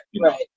Right